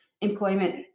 employment